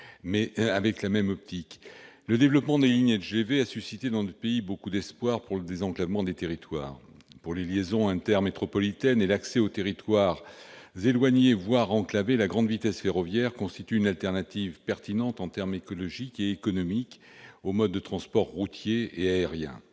peu différente. Le développement des lignes LGV a suscité dans notre pays beaucoup d'espoirs pour le désenclavement des territoires. Pour les liaisons intermétropolitaines et l'accès aux territoires éloignés, voire enclavés, la grande vitesse ferroviaire constitue une alternative pertinente en termes écologiques et économiques aux modes de transport routier et aérien.